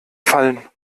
fallen